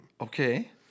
Okay